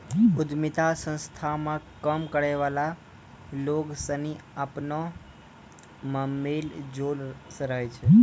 उद्यमिता संस्था मे काम करै वाला लोग सनी अपना मे मेल जोल से रहै छै